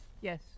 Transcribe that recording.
yes